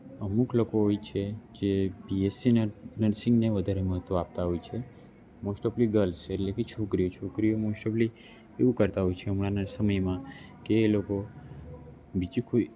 અમુક લોકો હોય છે જે બીએસી ને નર્સિંગ ને વધારે મહત્ત્વ આપતા હોય છે મોસ્ટઓફલી ગર્લ્સ એટલે કે છોકરી છોકરીઓમાં મોસ્ટઓફલી એવું કરતાં હોય છે હમણાંના સમયમાં કે એ લોકો બીજું કોઈ